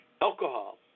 alcohol